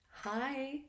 Hi